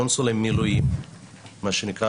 קונסולי מילואים מה שנקרא,